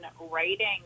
writing